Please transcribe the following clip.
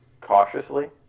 cautiously